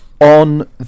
on